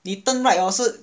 你 turn right hor 是